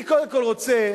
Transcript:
אני קודם כול רוצה